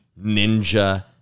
ninja